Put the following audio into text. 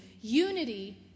Unity